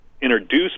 introduce